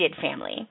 family